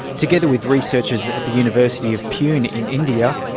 together with researchers at the university of pune in india,